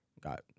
got